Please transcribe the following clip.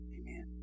Amen